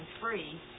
free